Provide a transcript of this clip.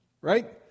Right